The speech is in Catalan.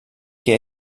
que